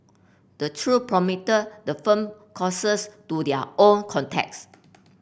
the trio promoted the firm courses to their own contacts